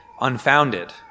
unfounded